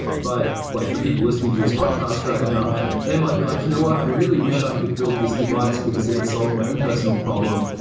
but like the people listening to this podcast right now they might be like, you know what? i really wish i could build this device, because it would solve my own personal problem,